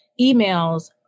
emails